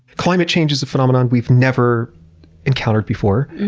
climate change is a phenomenon we've never encountered before,